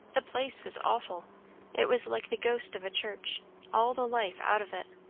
the place was awful it was like the ghost of a church all the life out of it.